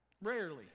Rarely